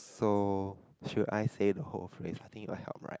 so should I stay the whole phrase i think it will help right